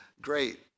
great